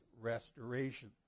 restoration